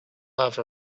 love